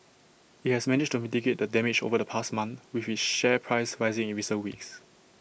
IT has managed to mitigate the damage over the past month with its share price rising in recent weeks